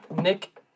Nick